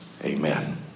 amen